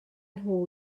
nhw